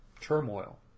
turmoil